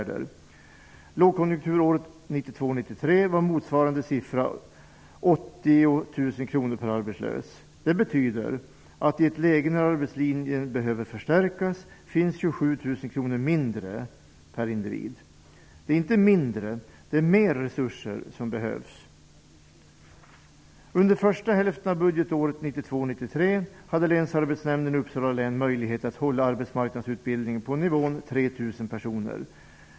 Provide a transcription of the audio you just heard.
Det betyder att det i ett läge då arbetslinjen behöver förstärkas finns 27 000 kr mindre per individ. Det är inte mindre utan mer resurser som behövs. personer.